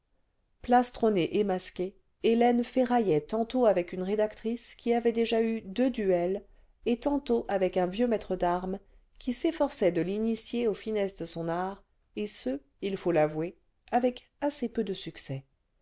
plastronnée et masquée hélène ferraillait tantôt avec une rédactrice qui avait déjà eu deux duels et tantôt avec un vieux maître d'armes qui s'efforçait de l'initier aux finesses de son art et ce il faut l'avouer avec assez peu cle succès